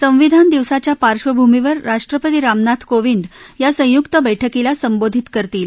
संविधान दिवसाच्या पार्श्वभूमीवर राष्ट्रपती रामनाथ कोविंद या संयुक्त बैठकीला संबोधित करतील